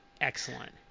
excellent